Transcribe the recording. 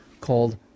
called